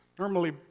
Normally